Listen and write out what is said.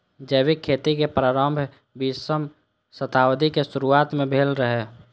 जैविक खेतीक प्रारंभ बीसम शताब्दीक शुरुआत मे भेल रहै